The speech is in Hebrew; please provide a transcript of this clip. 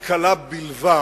היא קלה בלבד,